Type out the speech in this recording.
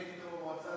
אני הייתי אתו במועצה,